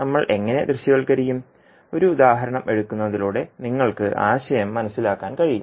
നമ്മൾ എങ്ങനെ ദൃശ്യവൽക്കരിക്കും ഒരു ഉദാഹരണം എടുക്കുന്നതിലൂടെ നിങ്ങൾക്ക് ആശയം മനസ്സിലാക്കാൻ കഴിയും